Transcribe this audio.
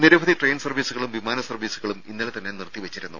നിരവധി ട്രെയിൻ സർവ്വീസുകളും വിമാന സർവ്വീസുകളും ഇന്നലെ തന്നെ നിർത്തിവെച്ചിരുന്നു